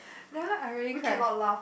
that one I really cry